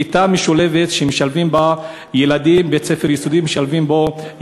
כיתה משולבת, שמשלבים בה ילדים עיוורים.